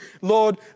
Lord